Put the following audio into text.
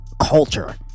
culture